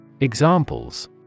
Examples